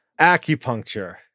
acupuncture